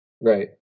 Right